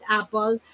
apple